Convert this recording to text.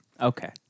Okay